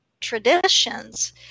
traditions